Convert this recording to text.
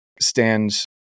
stands